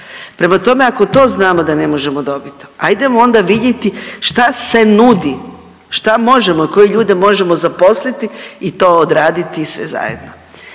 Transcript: Prema tome, ako to znamo da ne možemo dobiti, hajdemo onda vidjeti šta se nudi, šta možemo, koje ljude možemo zaposliti i to odraditi sve zajedno.